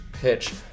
pitch